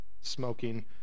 smoking